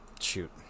shoot